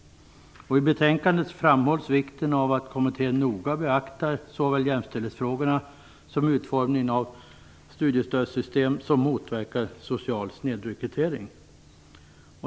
I betänkandet framhålls vikten av att kommittén noga beaktar såväl jämställdhetsfrågorna som utformningen av studiestödssystem som motverkar social snedrekrytering.